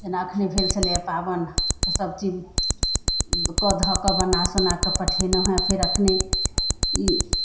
जेना अखने भेल छलैया पाबनि तऽ सभचीज कऽ धऽ कऽ बना सोना कऽ पठेलहुँ हँ फेर अखने ई